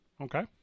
Okay